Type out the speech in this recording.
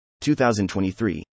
2023